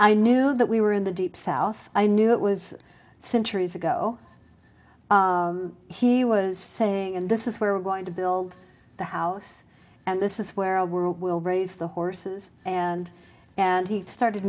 i knew that we were in the deep south i knew it was centuries ago he was saying and this is where we're going to build the house and this is where our world will raise the horses and and he started